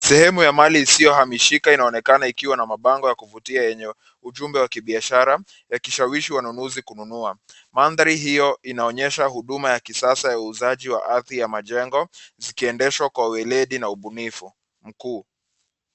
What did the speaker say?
Sehemu ya mali isiyohamishika inaonekana ikiwa na mabango ya kuvutia yenye ujumbe wa kibiashara yakishawishi wanunuzi kununua, mandhari hiyo inaonyesha huduma ya kisasa ya uuzaji wa ardhi ya majengo zikiendeshwa kwa ueledi na ubunifu mkuu.